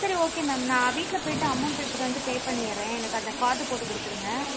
சரி okay ma'am நான் வீட்டில் போய்விட்டு அமௌண்ட் எடுத்துகிட்டு வந்து பே பண்ணிடுறேன் எனக்கு அந்த கார்டு போட்டு கொடுத்துருங்க